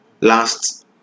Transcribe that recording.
last